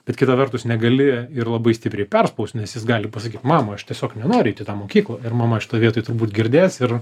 bet kita vertus negali ir labai stipriai perspaust nes jis gali pasakyt mama aš tiesiog nenoriu eiti į tą mokyklą ir mama šitoj vietoj turbūt girdės ir